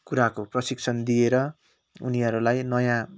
कुराको प्रशिक्षण दिएर उनीहरूलाई नयाँ